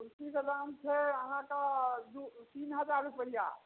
कुर्सीके दाम छै अहाँके दू तीन हजार रुपैआ